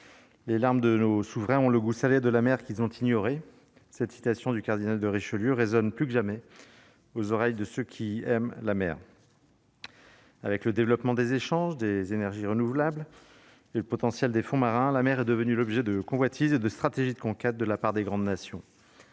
les larmes de nos souverains ont le goût salé de la mer, qu'ils ont ignoré cette citation du cardinal de Richelieu résonne plus que jamais aux oreilles de ceux qui aiment la mer. Avec le développement des échanges, des énergies renouvelables et le potentiel des fonds marins, la mer est devenue l'objet de convoitises et de stratégies de conquête de la part des grandes nations,